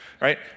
right